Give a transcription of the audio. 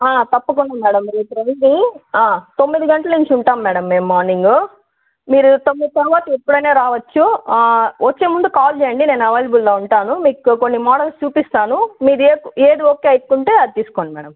తప్పకుండా మేడం మీరు రేపు రండి తొమ్మిది గంటల నుంచి ఉంటాం మేడం మేము మార్నింగ్ మీరు తొమ్మిది తరవాత ఎప్పుడైనా రావొచ్చు వచ్చేముందు కాల్ చెయ్యండి నేను అవైలబుల్లో ఉంటాను మీకు కొన్ని మోడల్స్ చూపిస్తాను మీరు ఏది ఏది ఒకే అనుకుంటే అది తీసుకోండి మేడం